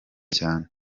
cyane